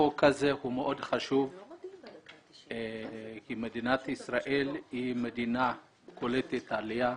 החוק הזה הוא מאוד חשוב כי מדינת ישראל היא מדינה קולטת עלייה.